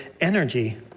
energy